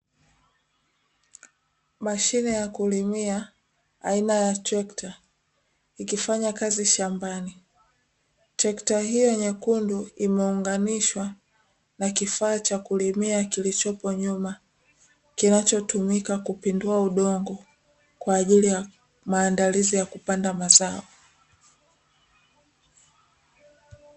Mashine ya kulimia aina ya trekta ikifanya kazi shambani, trekta hiyo nyekundu imeunganishwa na kifaa cha kulimia kilichopo nyuma, kinachotumika kupindua udongo kwa ajili ya maandalizi ya kupanda mazao.